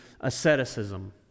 asceticism